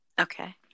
okay